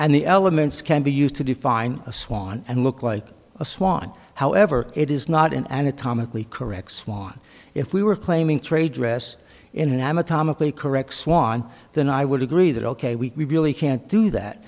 and the elements can be used to define a swan and look like a swan however it is not an anatomically correct swan if we were claiming trade dress in an amateur comically correct swan then i would agree that ok we really can't do that